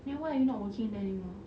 then why are you not working anymore